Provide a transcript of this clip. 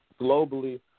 Globally